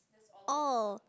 oh